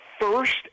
first